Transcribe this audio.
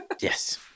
yes